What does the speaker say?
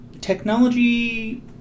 technology